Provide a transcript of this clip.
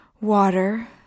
water